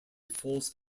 false